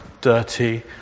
dirty